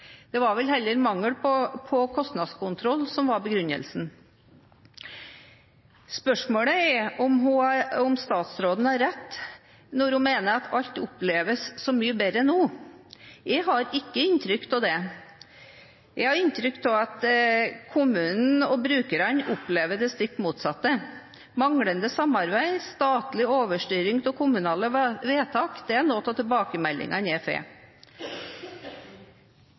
Det var vel heller mangel på kostnadskontroll som var begrunnelsen. Spørsmålet er om statsråden har rett når hun mener at alt oppleves så mye bedre nå. Jeg har ikke inntrykk av det. Jeg har inntrykk av at kommunene og brukerne opplever det stikk motsatte. Manglende samarbeid og statlig overstyring av kommunale vedtak er noen av tilbakemeldingene